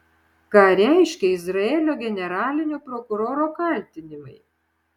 ką reiškia izraelio generalinio prokuroro kaltinimai